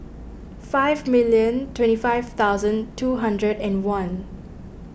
five million twenty five thousand two hundred and one